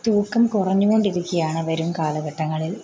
തൂക്കം കുറഞ്ഞ് കൊണ്ടിരിക്കുകയാണ് വരും കാലഘട്ടങ്ങളിൽ